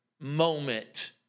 moment